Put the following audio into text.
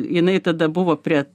jinai tada buvo prie